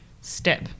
step